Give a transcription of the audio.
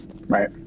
Right